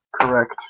Correct